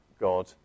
God